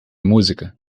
música